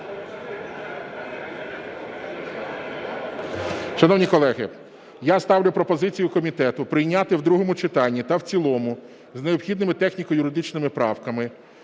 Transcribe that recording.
Шановні колеги, я ставлю пропозицію комітету прийняти в другому читанні та в цілому з необхідними техніко-юридичними правками